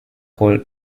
hole